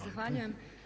Zahvaljujem.